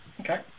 Okay